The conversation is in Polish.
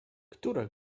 która